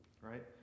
right